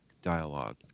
dialogue